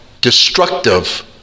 destructive